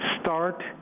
start